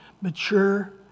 mature